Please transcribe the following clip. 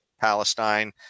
Palestine